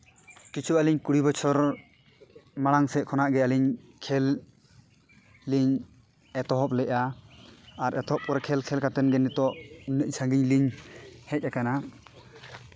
ᱠᱤᱪᱷᱩ ᱟᱹᱞᱤᱧ ᱠᱩᱲᱤ ᱵᱚᱪᱷᱚᱨ ᱢᱟᱲᱟᱝ ᱥᱮᱫ ᱠᱷᱚᱱᱟᱜ ᱜᱮ ᱟᱹᱞᱤᱧ ᱠᱷᱮᱞ ᱞᱤᱧ ᱮᱛᱚᱦᱚᱵ ᱞᱮᱫᱟ ᱟᱨ ᱮᱛᱚᱦᱚᱵ ᱯᱚᱨᱮ ᱠᱷᱮᱞ ᱠᱷᱮᱞ ᱠᱟᱛᱮᱫ ᱜᱮ ᱱᱤᱛᱚᱜ ᱩᱱᱟᱹᱜ ᱥᱟᱺᱜᱤᱧᱞᱤᱧ ᱦᱮᱡ ᱟᱠᱟᱱᱟ